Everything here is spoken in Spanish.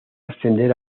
ascender